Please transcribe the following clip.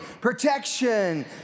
protection